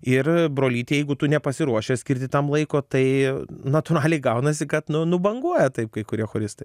ir brolyti jeigu tu nepasiruošęs skirti tam laiko tai natūraliai gaunasi kad nu nubanguoja taip kai kurie choristai